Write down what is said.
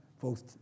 Folks